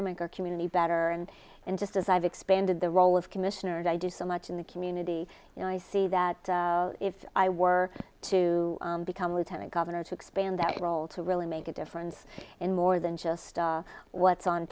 to make our community better and and just as i've expanded the role of commissioners i do so much in the community you know i see that if i were to become lieutenant governor to expand that role to really make a difference in more than just what's on